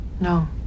No